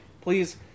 Please